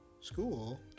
school